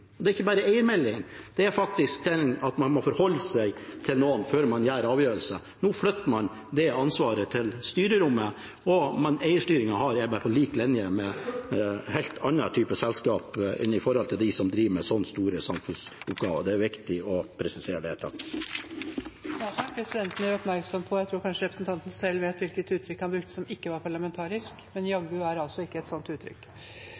Det er ikke bare en eiermelding. Det er faktisk det at man må forholde seg til noen før man tar avgjørelser. Nå flytter man det ansvaret til styrerommet, og eierstyringen man har, er bare på lik linje med helt andre typer selskap enn dem som driver med sånne store samfunnsoppgaver. Det er viktig å presisere det. Presidenten tror representanten selv vet hvilket uttrykk han brukte som ikke er parlamentarisk. Presidenten gjør oppmerksom på at «jaggu» ikke er et parlamentarisk uttrykk.